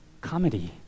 comedy